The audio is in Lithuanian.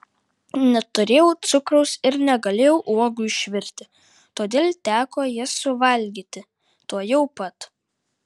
neturėjau cukraus ir negalėjau uogų išvirti todėl teko jas suvalgyti tuojau pat